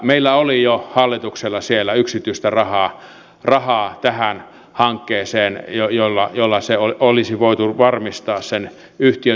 meillä oli jo hallituksella siellä tähän hakkeeseen yksityistä rahaa jolla se olisi voitu varmistaa sen yhtiön tulevaisuus